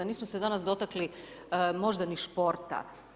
Nismo se danas dotakli možda ni športa.